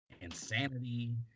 insanity